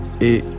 Et